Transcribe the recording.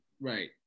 Right